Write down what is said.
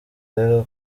rero